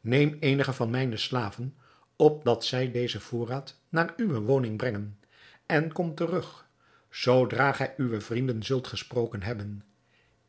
neem eenige van mijne slaven opdat zij dezen voorraad naar uwe woning brengen en kom terug zoodra gij uwe vrienden zult gesproken hebben